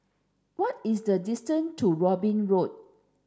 what is the distance to Robin Road